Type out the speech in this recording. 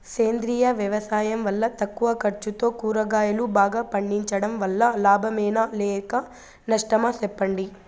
సేంద్రియ వ్యవసాయం వల్ల తక్కువ ఖర్చుతో కూరగాయలు బాగా పండించడం వల్ల లాభమేనా లేక నష్టమా సెప్పండి